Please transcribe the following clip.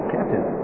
Captain